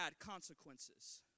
consequences